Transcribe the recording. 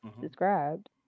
described